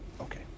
Okay